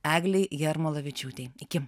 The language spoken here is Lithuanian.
eglei jarmalavičiūtei iki